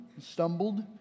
stumbled